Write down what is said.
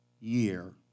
year